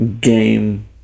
game